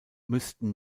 müssten